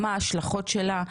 מה הן ההשלכות שלה.